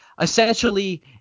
essentially